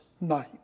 night